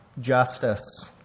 justice